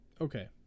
Okay